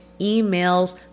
emails